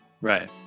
Right